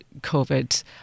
COVID